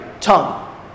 tongue